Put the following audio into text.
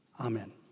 Amen